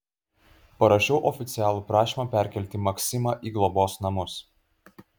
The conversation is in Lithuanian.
parašiau oficialų prašymą perkelti maksimą į globos namus